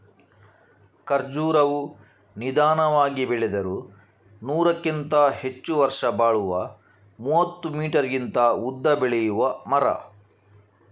ಖರ್ಜುರವು ನಿಧಾನವಾಗಿ ಬೆಳೆದರೂ ನೂರಕ್ಕಿಂತ ಹೆಚ್ಚು ವರ್ಷ ಬಾಳುವ ಮೂವತ್ತು ಮೀಟರಿಗಿಂತ ಉದ್ದ ಬೆಳೆಯುವ ಮರ